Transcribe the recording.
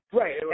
right